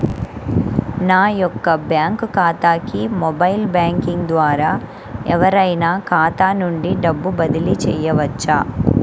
నా యొక్క బ్యాంక్ ఖాతాకి మొబైల్ బ్యాంకింగ్ ద్వారా ఎవరైనా ఖాతా నుండి డబ్బు బదిలీ చేయవచ్చా?